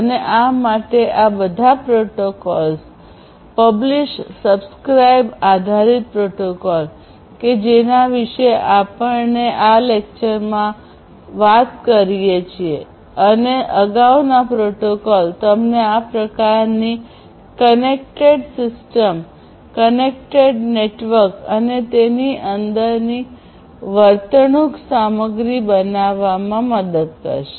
અને આ માટે આ બધા પ્રોટોકોલ્સ આ પબ્લિશ સબસ્ક્રાઇબ આધારિત પ્રોટોકોલ કે જેના વિશે આપણને આ લેક્ચરમાં વાત કરી છે અને અગાઉના પ્રોટોકોલ તમને આ પ્રકારની કનેક્ટેડ સિસ્ટમ કનેક્ટેડ નેટવર્ક અને તેની અંદરની વર્તણૂક સામગ્રી બનાવવામાં મદદ કરશે